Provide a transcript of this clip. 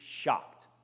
shocked